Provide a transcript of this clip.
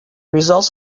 results